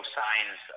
signs